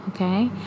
okay